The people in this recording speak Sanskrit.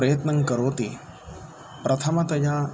प्रयत्नङ्करोति प्रथमतया